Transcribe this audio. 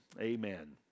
Amen